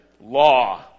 law